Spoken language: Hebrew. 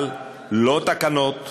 אבל לא תקנות,